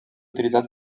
utilitzat